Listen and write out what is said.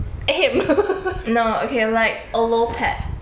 no okay like a little pet